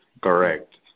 correct